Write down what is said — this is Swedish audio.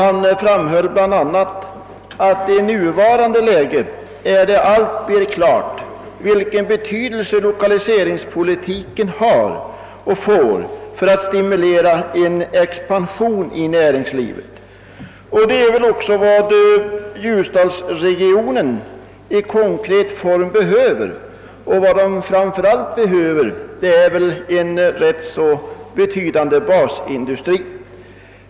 Han framhöll bl.a. att det i nuvarande läge blir alltmer klart vilken betydelse lokaliseringspolitiken får för att stimulera en expansion i näringslivet. Inom ljusdalsregionen behöver vi konkreta hjälpåtgärder och, framför allt, en be "tydande basindustri.